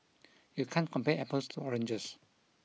you can't compare apples to oranges